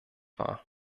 war